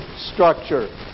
structure